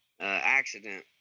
accident